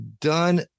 done